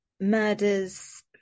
murders